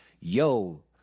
yo